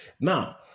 Now